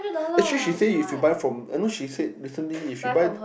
actually she say if you buy from I thought she said recently if you buy